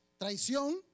Traición